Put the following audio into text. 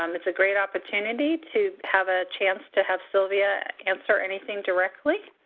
um it's a great opportunity to have a chance to have silvia answer anything directly.